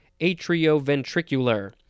Atrioventricular